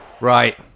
Right